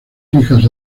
hijas